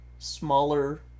smaller